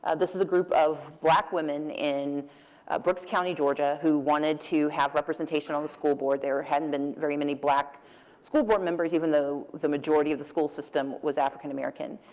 and this is a group of black women in brooks county, georgia, who wanted to have representation on the school board. there hadn't been very many black school board members, even though the majority of the school system was african-american.